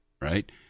right